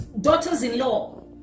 daughters-in-law